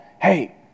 hey